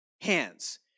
hands